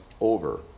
over